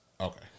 Okay